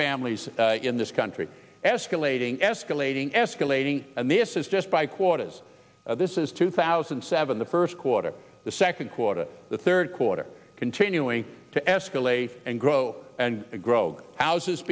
families in this country escalating escalating escalating and this is just by quotas this is two thousand and seven the first quarter the second quarter the third quarter continuing to escalate and grow and grow house